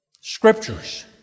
Scriptures